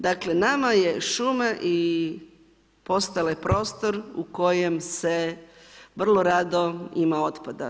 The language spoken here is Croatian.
Dakle nama je šuma i postale prostor u kojem se vrlo rado ima otpada.